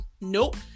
Nope